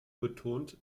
betont